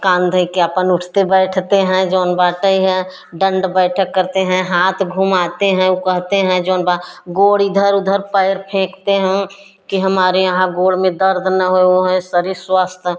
कांधे के आपन उठते बैठते हैं जोन बाटे हैं दंड बैठक करते हैं हाथ घूमाते हैं वह कहते हैं जोन बा गोर इधर उधर पैर फेंकते हैं कि हमारे यहाँ गोर में दर्द ना हो ये शरीर स्वस्थ